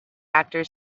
actor